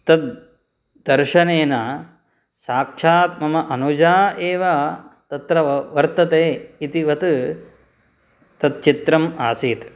तद्दर्शनेन साक्षात् मम अनुजा एव तत्र वर्तते इतिवत् तत् चित्रं आसीत्